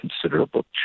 considerable